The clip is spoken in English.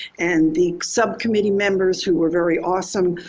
and the subcommittee members who were very awesome,